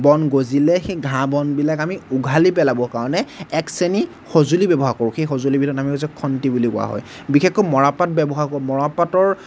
বন গজিলে সেই ঘাঁহ বনবিলাক আমি উঘালি পেলাবৰ কাৰণে এক শ্ৰেণীৰ সঁজুলি ব্যৱহাৰ কৰোঁ সেই সঁজুলিবিধৰ নামে হৈছে খন্তি বুলি কোৱা হয় বিশেষকৈ মৰাপাট ব্যৱহাৰ কৰোঁ মৰাপাটৰ